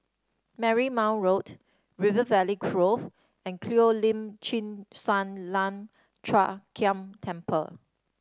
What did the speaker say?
Marymount Road River Valley Grove and Cheo Lim Chin Sun Lian Hup Keng Temple